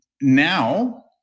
Now